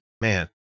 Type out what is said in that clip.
Man